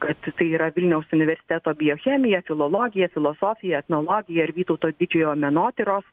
kad tai yra vilniaus universiteto biochemija filologija filosofija etnologija ir vytauto didžiojo menotyros